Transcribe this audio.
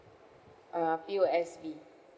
uh P O S B